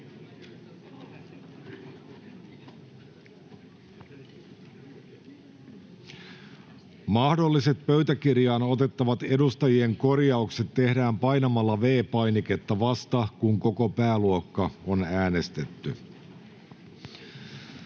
Mahdolliset pöytäkirjaan otettavat edustajien korjaukset tehdään painamalla V-painikketta, vasta kun koko pääluokka on äänestetty.